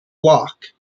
block